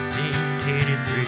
1983